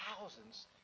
thousands